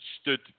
stood